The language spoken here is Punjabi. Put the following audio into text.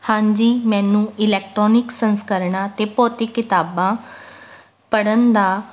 ਹਾਂਜੀ ਮੈਨੁੂੰ ਇਲੈਕਟ੍ਰੋਨਿਕ ਸੰਸਕਰਣਾਂ ਅਤੇ ਭੌਤਿਕ ਕਿਤਾਬਾਂ ਪੜ੍ਹਨ ਦਾ